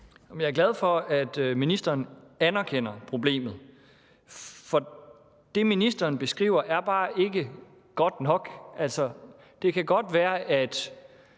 Jeg er glad for, at ministeren anerkender problemet. Det, ministeren beskriver, er bare ikke godt nok. Altså, det kan godt være, det